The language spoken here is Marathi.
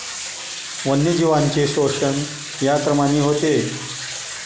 वन्यजीवांचे शोषण या क्रमाने होते